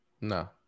No